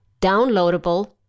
downloadable